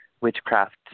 witchcraft